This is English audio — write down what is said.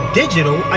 digital